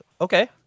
Okay